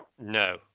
No